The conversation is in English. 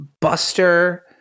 Buster